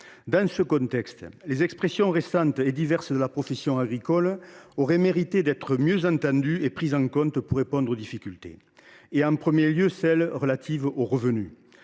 Dans ce contexte, les expressions récentes et diverses de la profession agricole auraient mérité d’être mieux entendues et prises en compte pour répondre aux difficultés. Je pense en premier lieu à celles qui sont relatives au revenu.